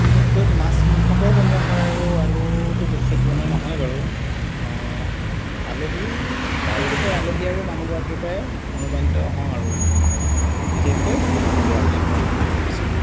বিশেষকৈ মাছ মাংসটোৱে বনোৱা হয় আৰু আৰুতো বিশেষ বনোৱা নহয় বাৰু আলহী প্ৰায় বুলি কওঁ আলহী আৰু মানুহগৰাকীৰ পাই অনুপ্ৰাণিত হওঁ আৰু বিশেষকৈ মানুহগৰাকীৰ পৰা অনুপ্ৰাণিত বেছি হওঁ